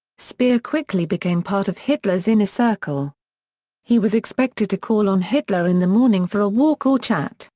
speer quickly became part of hitler's inner circle he was expected to call on hitler in the morning for a walk or chat,